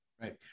Right